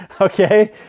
Okay